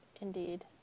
indeed